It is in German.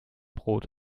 brot